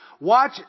watch